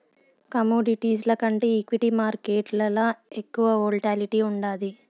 కమోడిటీస్ల కంటే ఈక్విటీ మార్కేట్లల ఎక్కువ వోల్టాలిటీ ఉండాది